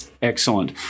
Excellent